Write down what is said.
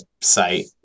site